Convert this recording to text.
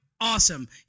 awesome